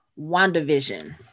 wandavision